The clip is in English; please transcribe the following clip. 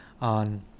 on